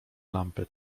lampy